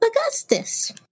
Augustus